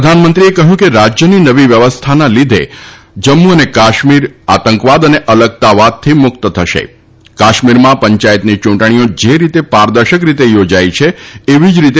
પ્રધાનમંત્રીએ કહ્યું કે રાજ્યની નવી વ્યવસ્થાના લીધે જમ્મુ અને કાશ્મીર આતંકવાદ અને અલગતાવાદથી મુક્ત થશેકાશ્મીરમાં પંચાયતની ચૂંટણીઓ જે રીતે પારદર્શક રીતે યોજાઈ છે તેવી જ રીતે